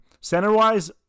center-wise